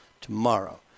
Tomorrow